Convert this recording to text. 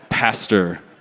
Pastor